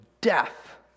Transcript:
death